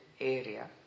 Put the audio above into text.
area